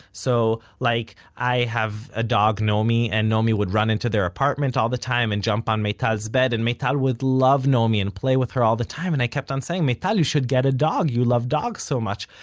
so like, i have a dog nomi, and nomi would run into their apartment all the time and jump on meital's bad and meital would love nomi and play with her all the time, and i kept on saying, meital you should get a dog, you love dogs so much!